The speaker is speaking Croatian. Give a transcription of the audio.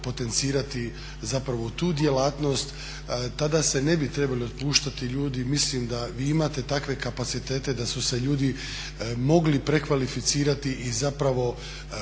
potencirati zapravo tu djelatnost. Tada se ne bi trebali otpuštati ljudi. I mislim da vi imate takve kapacitete da su se ljudi mogli prekvalificirati i zapravo